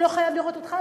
הוא לא חייב לראות אותך,